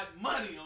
money